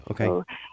okay